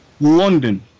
London